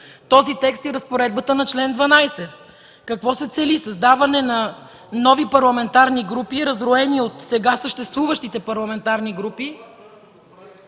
този текст и разпоредбата на чл. 12? Какво се цели, създаване на нови парламентарни групи, разроени от сега съществуващите?